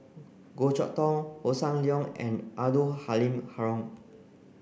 Goh Chok Tong Hossan Leong and Abdul Halim Haron